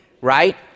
right